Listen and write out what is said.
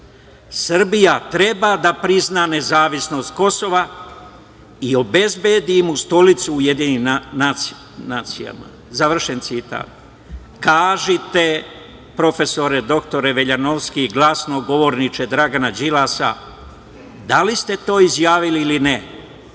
„Srbija treba da prizna nezavisnost Kosova i obezbedi mu stolicu u UN“, završen citat. Kažite prof. dr Veljanovski, glasnogovorniče Dragana Đilasa, da li ste to izjavili ili ne,